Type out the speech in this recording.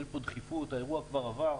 אין פה דחיפות, האירוע כבר עבר.